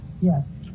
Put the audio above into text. Yes